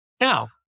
Now